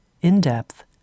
in-depth